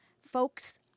Folks